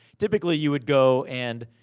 typically you would go and,